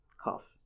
cough